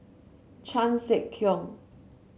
Chan Sek Keong